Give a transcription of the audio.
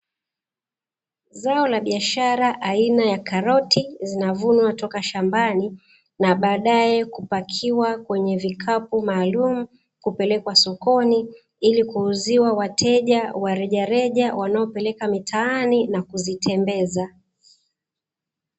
Zao la biashara aina ya karoti, zinavunwa toka shambani na baadae kupakiwa kwenye vikapu maalumu kupelekwa sokoni, ili kuuziwa wateja wa rejareja wanaopeleka mitaani na kuzitembeza.